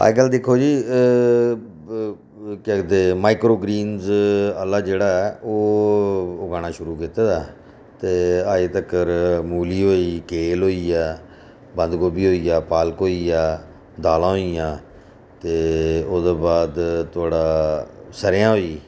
अजकल दिक्खो जी केह् आखदे माइक्रो ग्रीनज आह्ला जेह्ड़ा ऐ ओह् ओह् उगाना शुरु कीते दा ऐ ते अज्जै तक्कर मूली होई गेई केल होई गेआ बंद गोभी होई गेआ पालक होई गेआ दालां होई गेइयां ते ओह्दे बाद थुआढ़ा सरेआं होई गेई